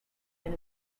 and